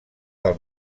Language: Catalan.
del